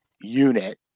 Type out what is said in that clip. unit